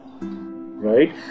right